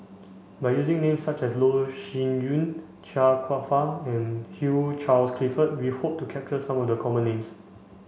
by using names such as Loh Sin Yun Chia Kwek Fah and Hugh Charles Clifford we hope to capture some of the common names